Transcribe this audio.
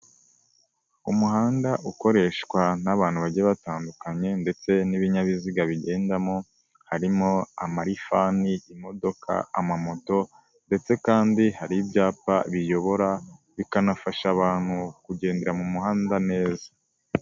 Umuhanda ukoreshwa n'abantu bagiye batandukanye ndetse n'ibinyabiziga bigendamo harimo amalifani, imodoka, ama moto ndetse kandi hari ibyapa biyobora bikanafasha abantu kugendera mu muhanda neza.